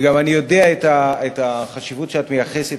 ואני גם יודע את החשיבות שאת מייחסת